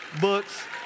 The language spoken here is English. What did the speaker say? books